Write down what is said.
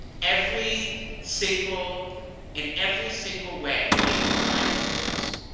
every single in every single way, it will find the holes.